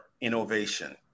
innovation